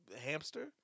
hamster